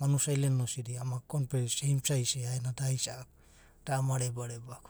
Manus ailen na osidi ama kompe, aomai same size e’aena, daisa’aku. da ama reba reba,